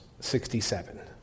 67